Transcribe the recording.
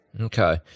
Okay